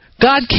God